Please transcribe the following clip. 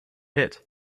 hit